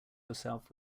yourself